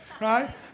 Right